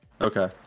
Okay